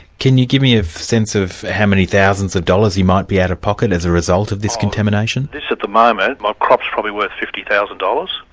can you give me a sense of how many thousands of dollars you might be out of pocket as a result of this contamination? this at the moment, my crop's probably worth fifty thousand dollars.